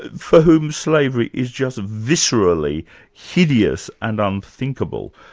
for whom slavery is just viscerally hideous and unthinkable.